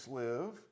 live